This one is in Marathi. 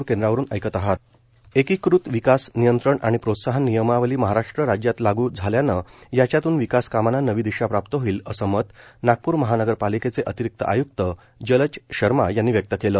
एकत्रिक़त विकास एकत्रिकृत विकास नियंत्रण आणि प्रोत्साहन नियमावली महाराष्ट्र राज्यात लागू झाल्याने याच्यात्न विकास कामांना नवी दिशा प्राप्त होईल असे मत नागपूर महानगरपालिकेचे अतिरिक्त आयुक्त जलज शर्मा यांनी व्यक्त केले